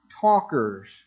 talkers